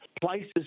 Places